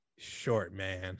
Shortman